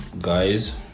guys